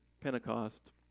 Pentecost